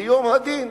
ליום הדין,